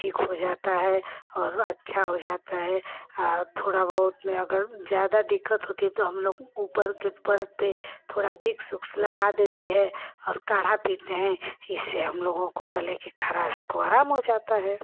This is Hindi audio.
ठीक हो जाती है और अच्छा हो जाता है और थोड़ा बहुत में अगर ज़्यादा दिक्कत होती है तो हमलोग ऊपर ऊपर से थोड़ा विक्स लगा देते हैं और काढ़ा पीते हैं इससे हमलोगों को गले की ख़राश से आराम हो जाता है